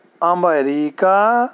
America